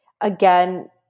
again